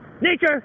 nature